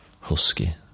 Husky